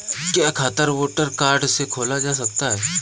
क्या खाता voter card से खोला जा सकता है?